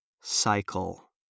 cycle